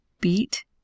beat